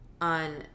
on